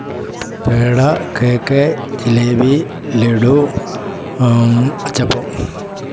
peda cake jalebi laddu അച്ചപ്പം